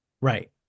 Right